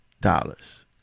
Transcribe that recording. dollars